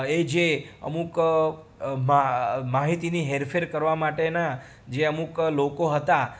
એ જે અમુક મા મા માહિતીની હેરફેર કરવા માટેના જે અમુક લોકો હતા